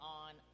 on